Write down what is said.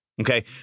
okay